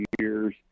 years